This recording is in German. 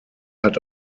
hat